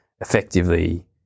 effectively